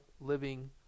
living